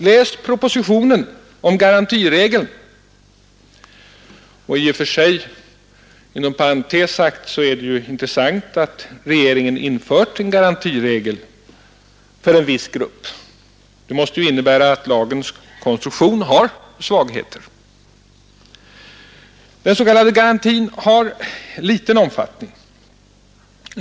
Läs propositionen om garantiregeln.” I och för sig är det intressant att regeringen infört en garantiregel för en viss grupp. Det måste innebära att lagens konstruktion har svagheter. Den s.k. garantin har liten omfattning.